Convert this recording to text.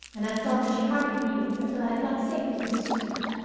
and i felt that she hardly breathed until i had got safely to the street.